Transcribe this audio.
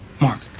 Mark